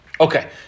Okay